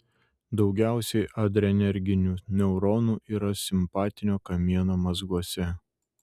daugiausiai adrenerginių neuronų yra simpatinio kamieno mazguose